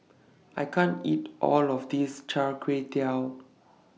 I can't eat All of This Char Kway Teow